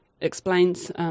explains